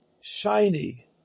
shiny